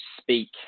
speak